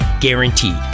Guaranteed